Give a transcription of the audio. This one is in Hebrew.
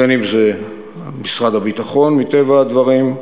בין אם זה משרד הביטחון, מטבע הדברים,